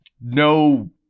No